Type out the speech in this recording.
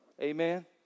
Amen